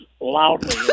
loudly